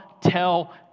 tell